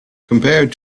compared